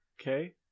Okay